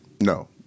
No